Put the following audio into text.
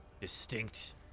distinct